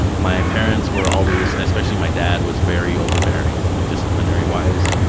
my parents were always, especially my dad was very overbearing disciplinary wise.